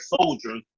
soldiers